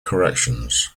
corrections